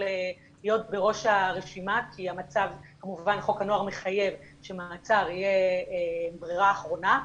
להיות בראש הרשימה כי חוק הנוער מחייב שמעצר יהיה ברירה אחרונה,